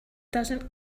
doesn’t